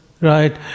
right